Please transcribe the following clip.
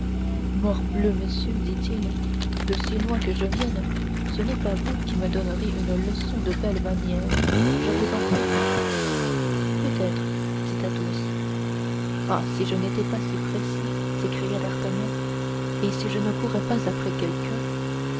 morbleu monsieur dit-il de si loin que je vienne ce n'est pas vous qui me donnerez une leçon de belles manières je vous préviens peut-être dit athos ah si je n'étais pas si pressé s'écria d'artagnan et si je ne courais pas après quelqu'un